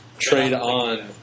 Trade-On